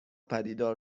پدیدار